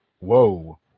Whoa